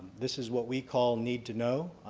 this is what we call need to know.